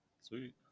Sweet